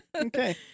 Okay